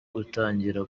gutangira